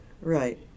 right